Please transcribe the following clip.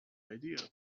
idea